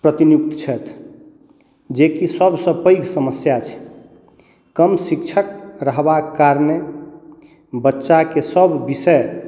प्रतिनियुक्त छथि जेकि सबसे पैघ समस्या छै कम शिक्षक रहबा के कारणे बच्चा के सब विषय